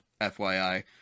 fyi